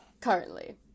currently